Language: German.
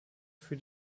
für